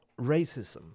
racism